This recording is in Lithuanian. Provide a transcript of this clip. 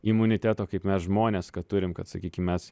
imuniteto kaip mes žmonės kad turim kad sakykim mes